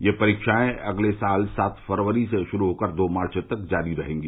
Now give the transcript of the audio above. यह परीक्षाएं अगले साल सात फरवरी से शुरू होकर दो मार्च तक जारी रहेगी